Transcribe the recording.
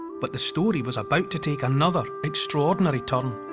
but the story was about to take another extraordinary turn.